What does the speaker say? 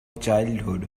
childhood